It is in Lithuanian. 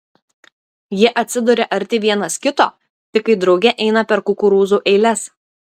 jie atsiduria arti vienas kito tik kai drauge eina per kukurūzų eiles